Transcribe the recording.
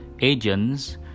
agents